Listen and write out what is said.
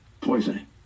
poisoning